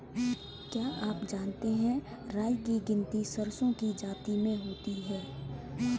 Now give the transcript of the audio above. क्या आप जानते है राई की गिनती सरसों की जाति में होती है?